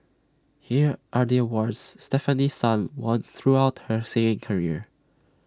here are the awards Stefanie sun won throughout her singing career